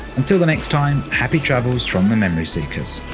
until the next time happy travels from the memory seekers.